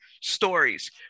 stories